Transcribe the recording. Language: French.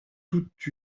toute